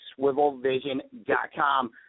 swivelvision.com